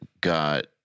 got